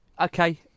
okay